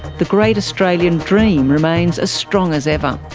the great australian dream remains as strong as ever.